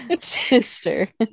Sister